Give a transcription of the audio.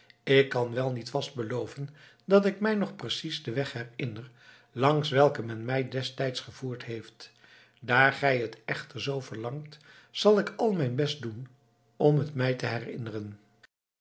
ik kan wel niet vast beloven dat ik mij nog precies den weg herinner langs welken men mij destijds gevoerd heeft daar gij het echter zoo verlangt zal ik al mijn best doen om het mij te herinneren